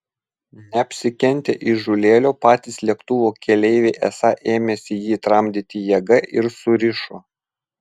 neapsikentę įžūlėlio patys lėktuvo keleiviai esą ėmėsi jį tramdyti jėga ir surišo